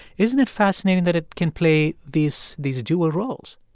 isn't it fascinating that it can play these these dual roles?